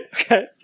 Okay